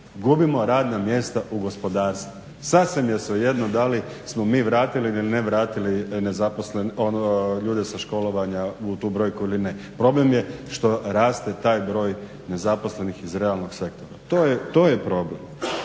gubimo radna mjesta u gospodarstvu. Sasvim je svejedno da li smo mi vratili ili nevaratili ljude sa školovanja u tu brojku ili ne, problem je što raste taj broj nezaposlenih iz realnog sektora. To je problem.